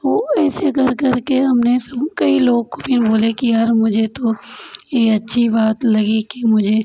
वो ऐसे कर कर के हमने कई लोग को फिर बोले कि यार मुझे तो ये अच्छी बात लगी कि मुझे